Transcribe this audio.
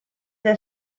del